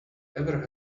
ever